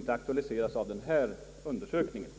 något sätt beröras av undersökningen.